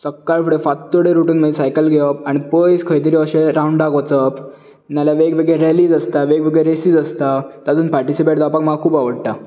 सकाळ फुडें फांतोडेर उठून सायकल घेवप आनी पयस खंय तरी अशे राऊंडाक वचप नाल्यार वेगवेगळे रेलीज आसता वेगवेगळे रेसीज आसता तातूंत पारटिसीपेट जावपाक म्हाका खूब आवडटा